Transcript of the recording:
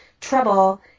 trouble